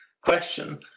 question